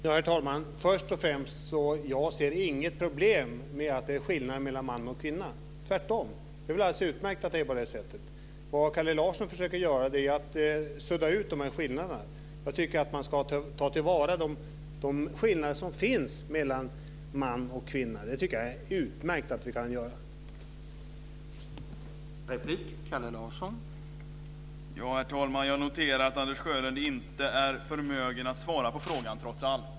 Herr talman! Först och främst ser jag inget problem med att det är skillnad mellan man och kvinna, tvärtom. Det är väl alldeles utmärkt att det är på det sättet. Men Kalle Larsson försöker ju sudda ut de här skillnaderna. Jag tycker att man ska ta till vara de skillnader som finns mellan man och kvinna. Jag tycker att det är utmärkt att vi kan göra det.